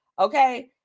Okay